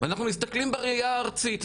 אנחנו מסתכלים בראייה הארצית,